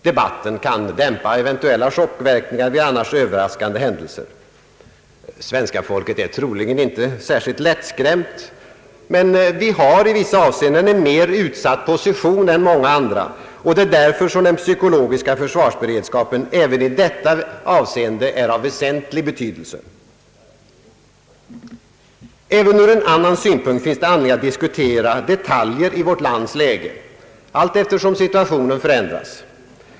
Debatten kan dämpa eventuella chockverkningar vid annars överraskande händelser. Svenska folket är troligen inte särskilt lättskrämt, men vi har i vissa avseenden en mer utsatt position än många andra, och det är därför den psykologiska försvarsberedskapen även i detta avseende har väsentlig betydelse. Även ur en annan synpunkt finns det anledning att diskutera detaljer i vårt lands läge, allteftersom situationen förändras.